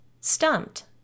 Stumped